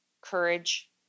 courage